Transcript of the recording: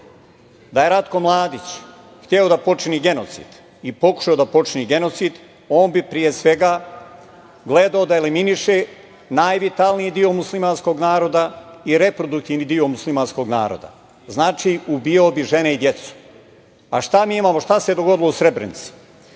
da je Ratko Mladić hteo da počini genocid i pokušao da počini genocid, on bi, pre svega, gledao da eliminiše najvitalniji deo muslimanskog naroda i reproduktivni deo muslimanskog naroda, znači, ubijao bi žene i decu. Šta mi imamo, šta se dogodilo u Srebrenici?